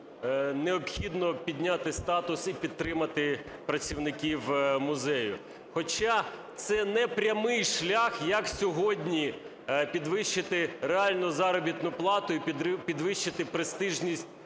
необхідно підняти статус і підтримати працівників музею, хоча це непрямий шлях, як сьогодні підвищити реальну заробітну плату і підвищити престижність